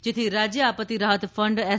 જેથી રાજ્ય આપત્તિ રાહત ફંડ એસ